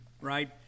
right